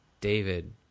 David